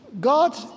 God